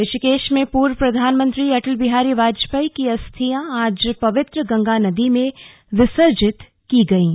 ऋषिकेश में पूर्व प्रधानमंत्री अटल बिहारी वाजपेयी की अस्थियां आज पवित्र गंगा नदी में विसर्जित की गईं